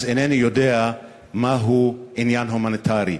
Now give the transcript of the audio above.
אז אינני יודע מהו עניין הומניטרי.